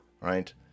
right